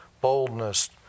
boldness